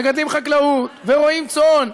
מגדלים חקלאות ורועים צאן,